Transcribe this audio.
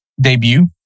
debut